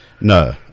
No